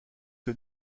que